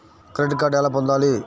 Credit card ఎలా పొందాలి?